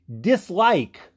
dislike